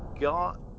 got